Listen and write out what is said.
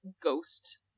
ghost